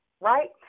right